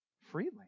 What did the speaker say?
freely